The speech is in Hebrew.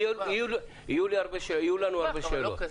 ויהיו לנו הרבה שאלות.